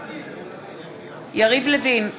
בעד יריב לוין,